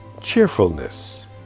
cheerfulness